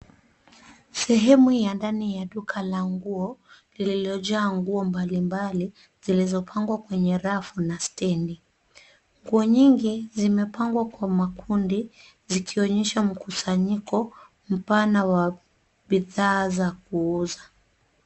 Sehemu ya ndani ya duka la nguo lililojaa nguo mbalimbali zilizopangwa kwenye rafu na stendi. Nguo nyingi zimepangwa kwa makundi zikionyesha mkusanyiko mpana wa bidhaa za kuuza.